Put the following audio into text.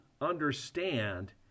understand